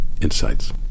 insights